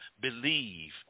believe